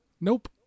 Nope